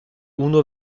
uno